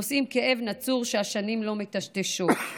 נושאים כאב נצור שהשנים לא מטשטשות.